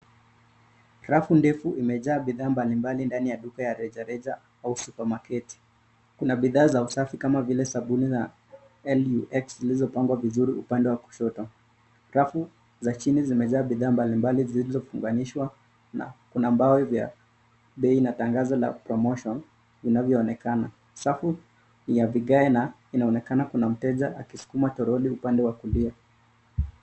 Rafu ndefu imejaa bidhaa mbalimbali ndani ya duka ya rejareja au Supermarket . Kuna bidhaa za usafi kama vile sabuni za Lux zilizopangwa vizuri upande wa kushoto. Rafu za chini zimejaa bidhaa mbalimbali zilizofunganishwa na kuna mbao vya bei na tangazo la promotion vinavyoonekana. Safu ni ya vigae na inaonekana kuna mteja akisukuma toroli upande wa kulia.